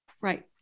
Right